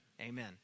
amen